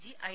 G I